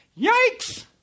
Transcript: yikes